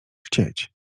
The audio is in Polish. chcieć